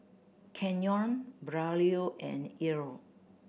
Kenyon Braulio and Ilo